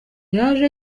yaje